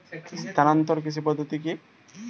স্থানান্তর কৃষি পদ্ধতি কি?